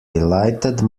lighted